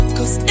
Cause